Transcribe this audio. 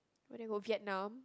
when you go Vietnam